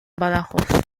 badajoz